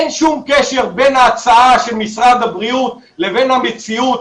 אין שום קשר בין ההצעה של משרד הבריאות לבין המציאות,